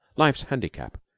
life's handicap,